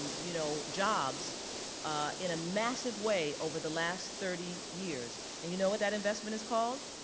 you know, jobs in a massive way over the last thirty years. and you know what that investment is called,